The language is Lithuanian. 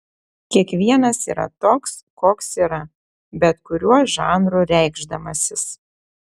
kiekvienas yra toks koks yra bet kuriuo žanru reikšdamasis